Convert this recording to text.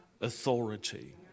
authority